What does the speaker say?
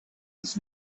his